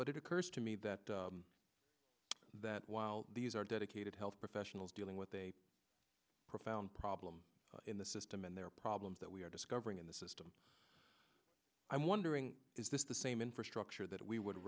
but it occurs to me that that while these are dedicated health professionals dealing with a profound problem in the system and there are problems that we are discovering in the system i'm wondering is this the same infrastructure that we would